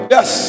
Yes